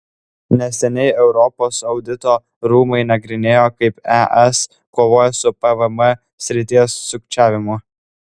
neseniai europos audito rūmai nagrinėjo kaip es kovoja su pvm srities sukčiavimu